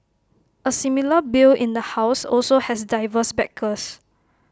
A similar bill in the house also has diverse backers